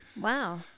Wow